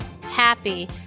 happy